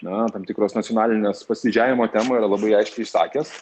na tam tikros nacionalinės pasididžiavimo temą yra labai aiškiai išsakęs